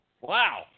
Wow